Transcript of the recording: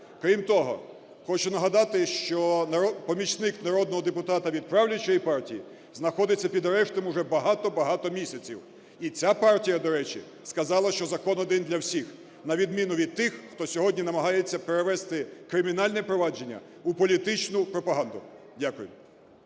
Крім того, хочу нагадати, що помічник народного депутата від правлячої партії знаходиться під арештом вже багато-багато місяців, і ця партія, до речі, сказала, що закон один для всіх, на відміну від тих, хто сьогодні намагається перевести кримінальне провадження у політичну пропаганду. Дякую.